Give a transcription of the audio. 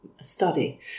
study